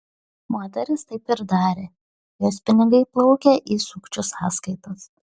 moteris taip ir darė jos pinigai plaukė į sukčių sąskaitas